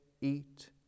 eat